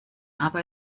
aber